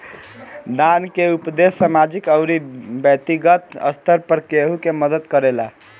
दान के उपदेस सामाजिक अउरी बैक्तिगत स्तर पर केहु के मदद करेला